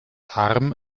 arm